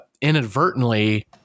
inadvertently